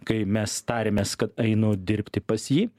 kai mes tarėmės kad einu dirbti pas jį